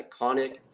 iconic